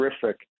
terrific